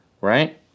right